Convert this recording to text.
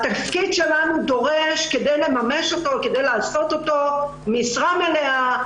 התפקיד שלנו דורש כדי לממש אותו משרה מלאה,